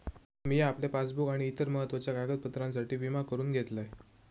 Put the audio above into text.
मिया आपल्या पासबुक आणि इतर महत्त्वाच्या कागदपत्रांसाठी विमा करून घेतलंय